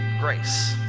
grace